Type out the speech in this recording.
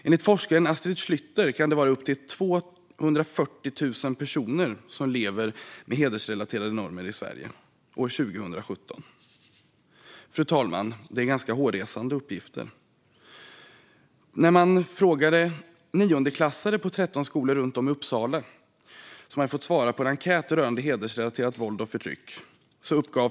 Enligt forskaren Astrid Schlytter kan det vara upp till 240 000 personer som lever med hedersrelaterade normer i Sverige. Den siffran gäller för 2017. Fru talman! Det här är ganska hårresande uppgifter. Niondeklassare på 13 skolor runt om i Uppsala fick svara på en enkät rörande hedersrelaterat våld och förtryck.